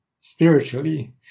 spiritually